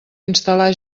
instal·lar